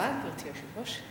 גברתי היושבת-ראש,